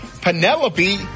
Penelope